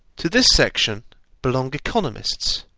to this section belong economists,